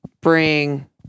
bring